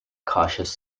cautious